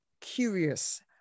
curious